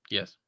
Yes